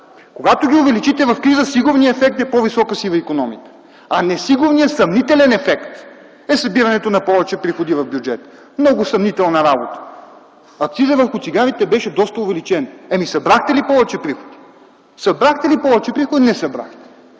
Когато ги увеличите по време на криза сигурният ефект е по-висока сива икономика, а несигурният, съмнителният ефект, е събирането на повече приходи в бюджета. Много съмнителна работа! Акцизът върху цигарите беше доста увеличен. Ами, събрахте ли повече приход? Събрахте ли повече приход – не събрахте!